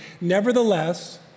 Nevertheless